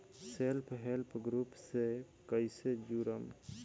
Self help group से कइसे जुड़म?